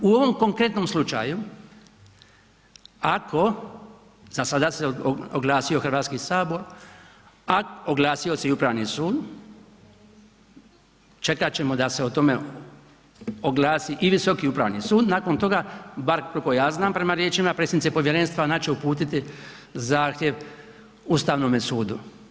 U ovom konkretnom slučaju ako za sada se oglasio Hrvatski sabor, oglasio se i Ustavni sud čekat ćemo da se o tome oglasi i Visoki upravni sud nakon toga, bar koliko ja znam prema riječima predsjednice povjerenstva, ona će uputiti zahtjev Ustavnome sudu.